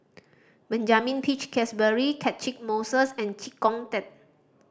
Benjamin Peach Keasberry Catchick Moses and Chee Kong Tet